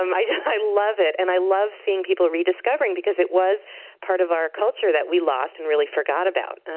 um i i love it. and i love seeing people rediscover it because it really was part of our culture that we lost and really forgot about.